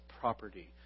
property